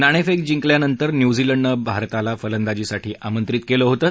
नाणेफेक जिंकल्यानंतर न्यूझीलंडनं भारताला फलंदाजीसाठी आमंत्रित केलं होतं